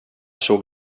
såg